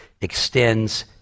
extends